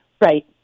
Right